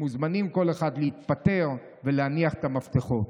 הם מוזמנים כל אחד להתפטר ולהניח את המפתחות.